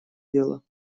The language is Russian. дела